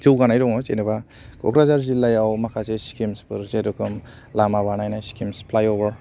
जौगानाय दङ जेनेबा क'क्राझार जिल्लायाव माखासे स्किम्सफोर जेरखम लामा बानायनाय स्किम्स फ्लाइअभार